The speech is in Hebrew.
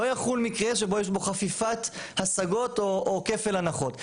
לא יחול מקרה שבו יש חפיפת השגות או כפל הנחות.